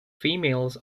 females